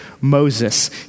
Moses